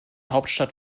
hauptstadt